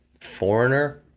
foreigner